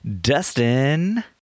Dustin